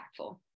impactful